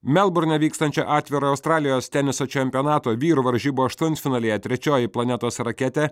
melburne vykstančio atviro australijos teniso čempionato vyrų varžybų aštuntfinalyje trečioji planetos raketė